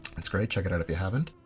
it's great. check it out if you haven't.